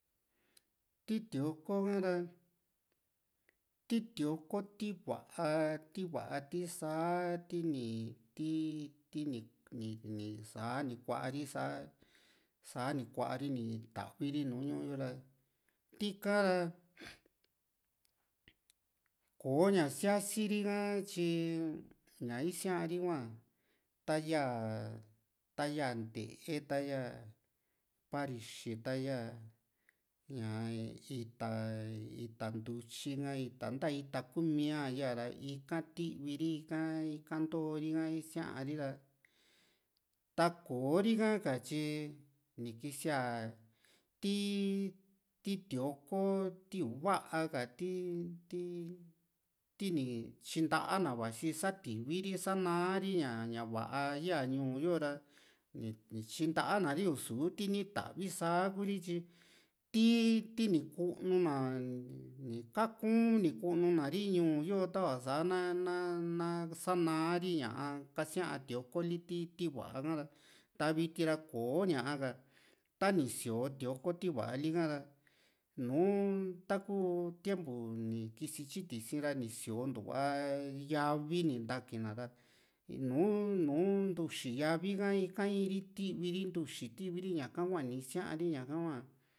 ti tioko ka´ra ti tioko ti va´a ti va´a ti sa ti´ni ti´ni ti ni´ni sa ni kuaari sa sa´a ni kuaari ni tavi ri nùù ñuu yo ra tika ra kò´o ña sia´si ri´ka tyii ña isia´ri hua ta´yaa ta´yaa ntee ya yaa parixi ta yaa ñaa ita ita ntutyi ka ita nta ita kuumia yaa ra ika tiviri ika ikaa ntoori´a isia´ri ra ta koo ri ha ka tyi ni kisíaa ti ti tioko ti ii´va ka ti ti ti´ni tyintaa na vasi sativi ri sa´naa ri ña va´a ya ñuu yo ra ni tyintgana ri i´su tini tavi saa kuu ri tyi tii ti ni kunu na ka´kun ni kunu na ri ñuu yo tava sa´na na na sa´na ri ña´a kasí´a tioko li ti va´a ha´ra ta viti ra kò´o ña´ka tani sioo toiko ti va´a lika ra nùù taku tiempo ni kisi tyi tisi´n ra ni sio´ntuaa ya´vi ni ntakii na ra nùù nu ntuxi ya´vi ka in ri tivi ri ntuxi tivi ri ña´ka hua ni isia´ri ñaka hua